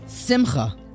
Simcha